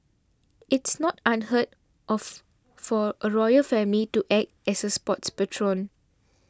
it's not unheard of for a royal family to act as a sports patron